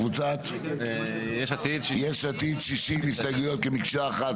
קבוצת יש עתיד, 60 הסתייגויות כמקשה אחת.